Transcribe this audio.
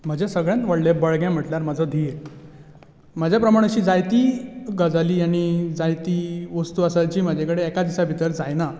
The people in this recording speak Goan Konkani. म्हजें सगळ्यांत व्हडलें बळगें म्हळ्यार म्हजो धीर म्हज्या प्रमाण अशी जायती गजाली आनी जायत्यो वस्तू आसात ज्यो म्हजे कडेन एका दिसा भितर जायना